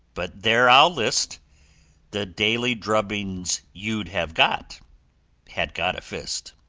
but there i'll list the daily drubbings you'd have got had god a fist.